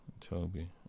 Toby